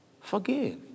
Forgive